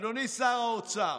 אדוני שר האוצר,